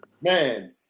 man